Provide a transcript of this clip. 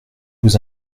vous